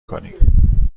کنیم